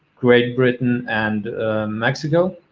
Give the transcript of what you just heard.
great britain and mexico.